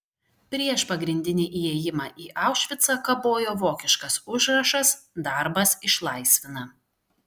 prieš pagrindinį įėjimą į aušvicą kabojo vokiškas užrašas darbas išlaisvina